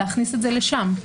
להכניס את זה לשם.